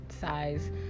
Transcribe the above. size